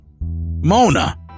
Mona